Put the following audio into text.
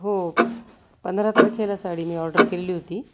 हो पंधरा तारखेला साडी मी ऑर्डर केलेली होती